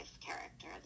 character